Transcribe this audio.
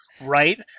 Right